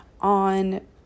on